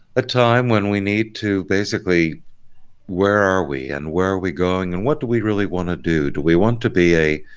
a time when we need to basically where are we and where are we going and what do we really want to do? do we want to be a